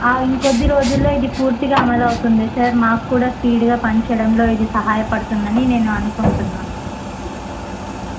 ఇంకొద్ది రోజుల్లో ఇది పూర్తిగా అమల అవుతుంది సార్ మాకు కూడా స్పీడ్గా పనిచేయడంలో ఇది సహాయపడుతుందని నేను అనుకుంటున్నాను